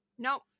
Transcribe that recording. Nope